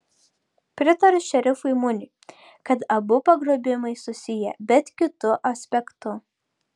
pritariu šerifui muniui kad abu pagrobimai susiję bet kitu aspektu